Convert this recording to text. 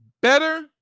better